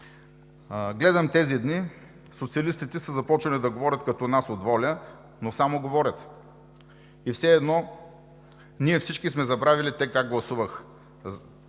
Гледам тези дни социалистите са започнали да говорят като нас от ВОЛЯ, но само говорят и все едно ние всички сме забравили те как гласуваха.